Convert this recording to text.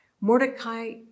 Mordecai